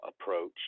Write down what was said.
approach